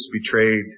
betrayed